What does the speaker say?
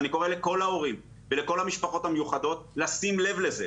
ואני קורא לכל ההורים ולכל המשפחות המיוחדות לשים לב לזה.